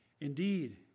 Indeed